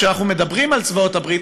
כשאנחנו מדברים על צבאות בעלות הברית,